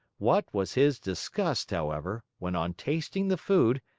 what was his disgust, however, when on tasting the food,